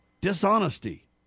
dishonesty